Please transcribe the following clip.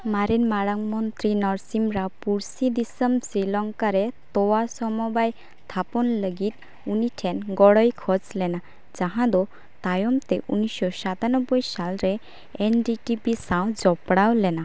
ᱢᱟᱨᱮᱱ ᱢᱟᱨᱟᱝ ᱢᱚᱱᱛᱨᱤ ᱱᱚᱨᱥᱤᱢ ᱨᱟᱣ ᱯᱩᱲᱥᱤ ᱫᱤᱥᱟᱹᱢ ᱥᱨᱤᱞᱚᱝᱠᱟᱨᱮ ᱛᱚᱣᱟ ᱥᱚᱢᱚᱵᱟᱭ ᱛᱷᱟᱯᱚᱱ ᱞᱟᱹᱜᱤᱫ ᱩᱱᱤᱴᱷᱮᱱ ᱜᱚᱲᱚᱭ ᱠᱷᱚᱡᱞᱮᱱᱟ ᱡᱟᱦᱟᱸᱫᱚ ᱛᱟᱭᱚᱢᱛᱮ ᱩᱱᱤᱥᱥᱚ ᱥᱟᱛᱟᱱᱚᱵᱽᱵᱚᱭ ᱥᱟᱞᱨᱮ ᱮᱱ ᱰᱤ ᱰᱤ ᱵᱤ ᱥᱟᱶ ᱡᱚᱯᱲᱟᱣᱞᱮᱱᱟ